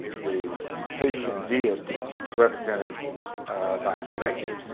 the haitian deity, represented by a snake.